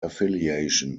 affiliation